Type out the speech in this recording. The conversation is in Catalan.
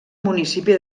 municipi